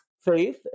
faith